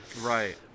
Right